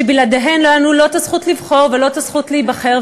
שבלעדיהן לא הייתה לנו לא הזכות לבחור ולא הזכות להיבחר.